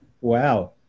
Wow